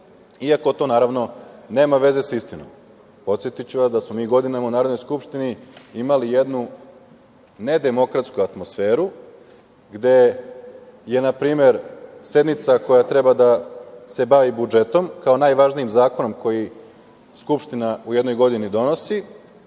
iako to naravno nema veze sa istinom. Podsetiću vas da smo mi godinama u Narodnoj skupštini imali jednu nedemokratsku atmosferu, gde je npr. sednica koja treba da se bavi budžetom, kao najvažnijim zakonom koji Skupština u jednoj godini donosi,